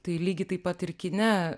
tai lygiai taip pat ir kine